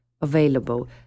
available